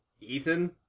Ethan